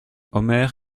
omer